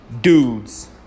dudes